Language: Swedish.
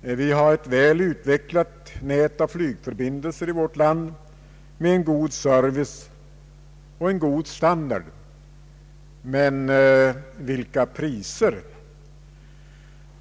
Vi har ett väl utvecklat nät av flygförbindelser i vårt land med en god service och standard — men vilka priser!